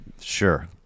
sure